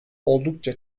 oldukça